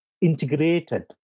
integrated